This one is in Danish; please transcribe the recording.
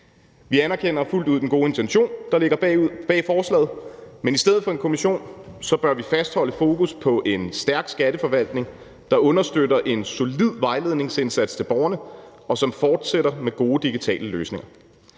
Vi anerkender fuldt ud den gode intention, der ligger bag forslaget, men i stedet for en kommission bør vi fastholde fokus på en stærk skatteforvaltning, der understøtter en solid vejledningsindsats til borgerne, og som fortsætter med gode digitale løsninger.